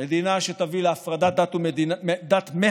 למדינה שתביא להפרדת דת מהמדינה,